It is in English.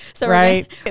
Right